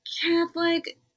Catholic